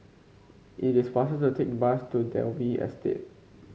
it is faster to take bus to Dalvey Estate